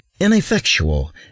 ineffectual